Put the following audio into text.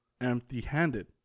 empty-handed